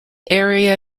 area